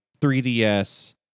3DS